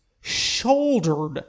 shouldered